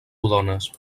rodones